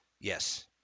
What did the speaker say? yes